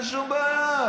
אין שום בעיה.